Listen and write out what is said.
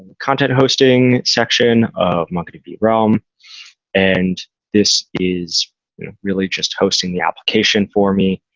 content hosting section of mongodb realm and this is you know really just hosting the application for me.